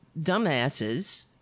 dumbasses